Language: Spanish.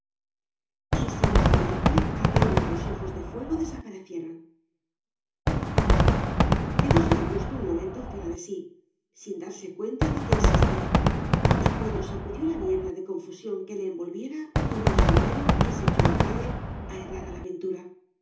y sin más mirarle aquellos dos ojos de fuego desaparecieron quedóse augusto un momento fuera de sí sin darse cuenta de que existía y cuando sacudió la niebla de confusión que le envolviera tomó el sombrero y se echó a la calle a errar a la ventura